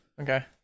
Okay